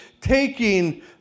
taking